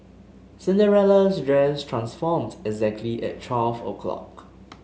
Cinderella's dress transformed exactly at twelve o' clock